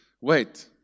wait